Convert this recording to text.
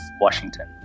Washington